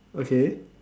okay